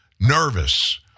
nervous